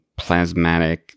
plasmatic